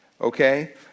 okay